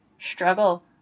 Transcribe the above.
struggle